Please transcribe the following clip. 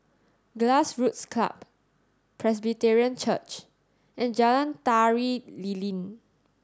Grassroots Club Presbyterian Church and Jalan Tari Lilin